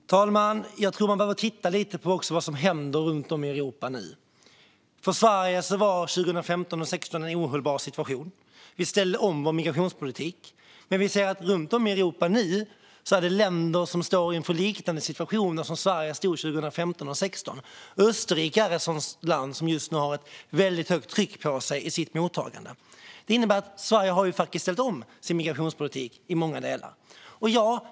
Fru talman! Jag tror att man behöver titta lite på vad som händer runt om i Europa nu. För Sverige innebar 2015 och 2016 en ohållbar situation. Vi ställde om vår migrationspolitik, men nu ser vi runt om i Europa att länder står inför liknande situationer som Sverige stod inför 2015 och 2016. Österrike är ett sådant land och har just nu har ett högt tryck på sig i mottagandet. Sverige har faktiskt ställt om sin migrationspolitik i många delar.